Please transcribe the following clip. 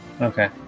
Okay